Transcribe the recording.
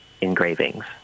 engravings